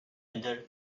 other